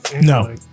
No